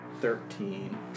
Thirteen